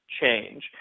change